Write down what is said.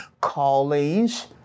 callings